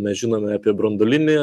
mes žinome apie branduolinį